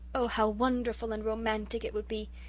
oh, how wonderful and romantic it would be!